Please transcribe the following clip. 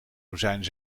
rozijnen